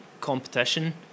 competition